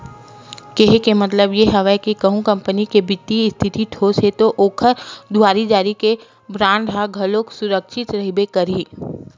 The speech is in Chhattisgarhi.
केहे के मतलब ये हवय के कहूँ कंपनी के बित्तीय इस्थिति ठोस हे ता ओखर दुवारी जारी के बांड ह घलोक सुरक्छित रहिबे करही